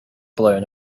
blown